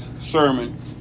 sermon